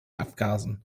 abgasen